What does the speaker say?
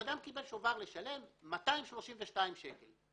האדם קיבל שובר לשלם 232 שקלים.